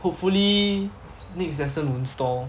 hopefully next lesson won't stall